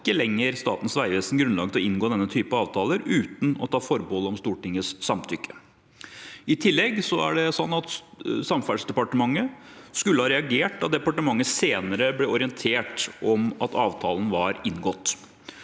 ikke lenger Statens vegvesen grunnlag for å inngå denne type avtaler uten å ta forbehold om Stortingets samtykke. I tillegg skulle Samferdselsdepartementet ha reagert da departementet senere ble orientert om at avtalen var inngått.